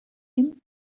him